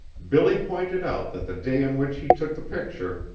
billy pointed out that the day on which he took the picture,